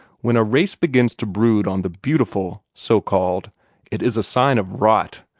when a race begins to brood on the beautiful so-called it is a sign of rot,